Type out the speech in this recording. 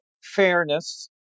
fairness